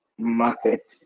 market